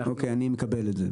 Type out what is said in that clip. אוקיי, אני מקבל את זה.